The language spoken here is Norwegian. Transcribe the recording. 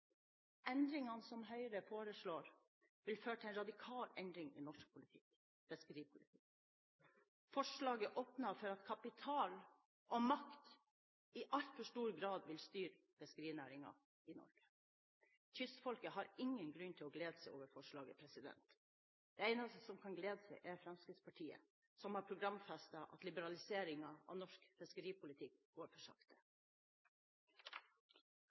Endringene som Høyre foreslår, vil føre til en radikal endring i norsk fiskeripolitikk. Forslaget åpner for at kapital og makt i altfor stor grad vil styre fiskerinæringen i Norge. Kystfolket har ingen grunn til å glede seg over forslaget. De eneste som kan glede seg er Fremskrittspartiet, som har programfestet at liberaliseringen av norsk fiskeripolitikk går